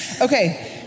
Okay